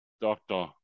Doctor